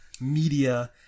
media